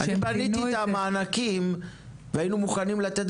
אני בנית את המענקים והיינו מוכנים לתת